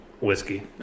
whiskey